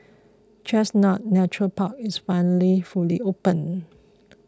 Chestnut Nature Park is finally fully open